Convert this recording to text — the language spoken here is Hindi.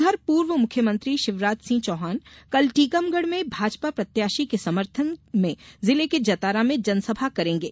उधर पूर्व मुख्यमंत्री शिवराज सिंह चौहान कल टीकमगढ़ में भाजपा प्रत्याशी के समर्थन जिले के जतारा में जनसभा करेंगे